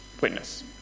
witness